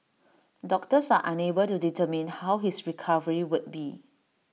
doctors are unable to determine how his recovery would be